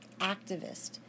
activist